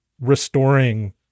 restoring